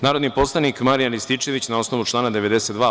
Narodni poslanik Marijan Rističević, na osnovu člana 92.